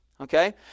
Okay